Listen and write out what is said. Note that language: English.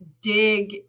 dig